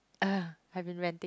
!ugh! I've been ranting